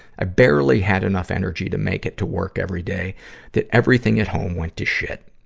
i barely had enough energy to make it to work every day that everything at home went to shit.